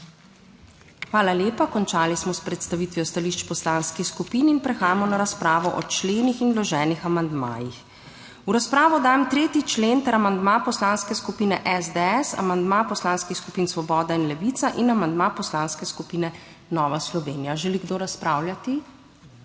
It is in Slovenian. Hvala lepa. Končali smo s predstavitvijo stališč poslanskih skupin. Prehajamo na razpravo o členih in vloženih amandmajih. V razpravo dajem 3. člen ter amandma Poslanske skupine SDS, amandma Poslanskih skupin Svoboda in Levica in amandma Poslanske skupine Nova Slovenija. Želi kdo razpravljati?